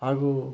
ಹಾಗು